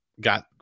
Got